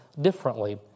differently